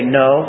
no